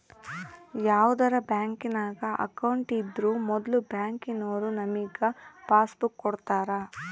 ಯಾವುದನ ಬ್ಯಾಂಕಿನಾಗ ಅಕೌಂಟ್ ಇದ್ರೂ ಮೊದ್ಲು ಬ್ಯಾಂಕಿನೋರು ನಮಿಗೆ ಪಾಸ್ಬುಕ್ ಕೊಡ್ತಾರ